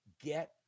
get